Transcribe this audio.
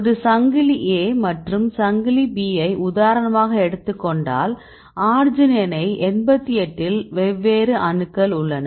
ஒரு சங்கிலி A மற்றும் சங்கிலி B ஐ உதாரணமாக எடுத்துக் கொண்டால் அர்ஜினைன் 88 இல் வெவ்வேறு அணுக்கள் உள்ளன